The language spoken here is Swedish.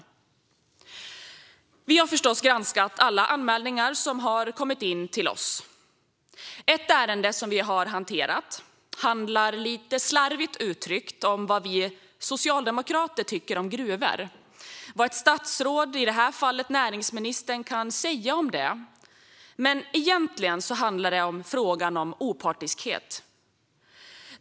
Gransknings-betänkandeStatsråds tjänsteutöv-ning: uttalanden Vi har förstås granskat alla anmälningar som har kommit in till oss. Ett ärende som vi har hanterat handlar, lite slarvigt uttryckt, om vad vi socialdemokrater tycker om gruvor och om vad ett statsråd, i det här fallet näringsministern, kan säga om det. Men egentligen handlar det om frågan om opartiskhet.